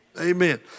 Amen